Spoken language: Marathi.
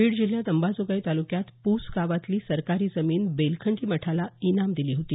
बीड जिल्ह्यात अंबाजोगाई तालुक्यात पुस गावातली सरकारी जमीन बेलखंडी मठाला इनाम दिली होती